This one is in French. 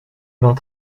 vingt